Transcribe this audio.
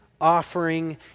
offering